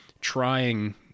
trying